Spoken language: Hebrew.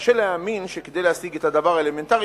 קשה להאמין שכדי להשיג את הדבר האלמנטרי